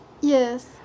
Yes